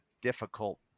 difficult